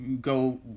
go